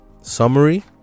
summary